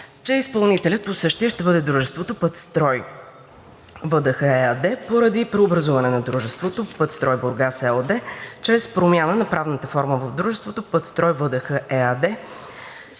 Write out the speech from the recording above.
че изпълнителят по същия ще бъде дружеството „Пътстрой ВДХ“ ЕАД поради преобразуване на дружеството „Пътстрой Бургас“ ЕООД чрез промяна на правната форма в дружеството „Пътстрой ВДХ“ ЕАД,